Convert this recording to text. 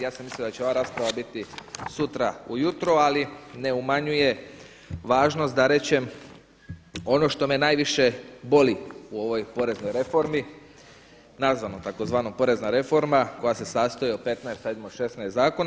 Ja sam mislio da će ova rasprava biti sutra ujutro, ali ne umanjuje važnost da rečem ono što me najviše boli u ovoj poreznoj reformi, nazvano takozvano porezna reforma, koja se sastoji od 15, 16 zakona.